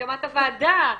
בהסכמת הוועדה.